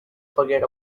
forget